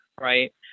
right